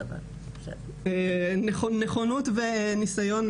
אתן רואות שאני נותנת במה לכולן אבל בואו נהיה יותר ממוקדות ופרקטיות.